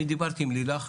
אני דיברתי עם לילך,